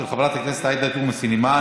של חברת הכנסת עאידה תומא סלימאן.